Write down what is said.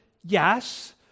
yes